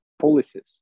policies